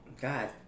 God